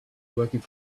working